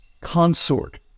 consort